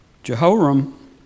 Jehoram